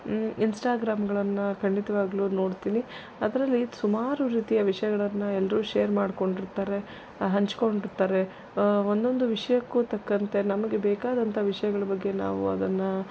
ಇನ್ಸ್ಟಾಗ್ರಾಮ್ಗಳನ್ನು ಖಂಡಿತವಾಗ್ಲೂ ನೋಡ್ತೀನಿ ಅದರಲ್ಲಿ ಸುಮಾರು ರೀತಿಯ ವಿಷಯಗಳನ್ನು ಎಲ್ಲರೂ ಶೇರ್ ಮಾಡಿಕೊಂಡಿರ್ತಾರೆ ಹಂಚಿಕೊಂಡಿರ್ತಾರೆ ಒಂದೊಂದು ವಿಷಯಕ್ಕೂ ತಕ್ಕಂತೆ ನಮಗೆ ಬೇಕಾದಂಥ ವಿಷಯಗಳ ಬಗ್ಗೆ ನಾವು ಅದನ್ನು